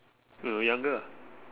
when we're younger ah